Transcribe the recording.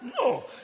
No